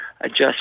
Adjust